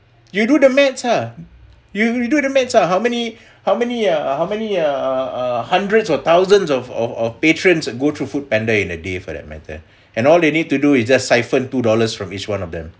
you do the math ah you you do the math ah how many how many uh how many uh uh uh hundreds of thousands of of of patrons go through foodpanda in a day for that matter and all they need to do is just siphoned two dollars from each one of them